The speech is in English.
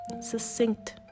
succinct